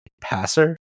passer